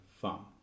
farm